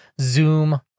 Zoom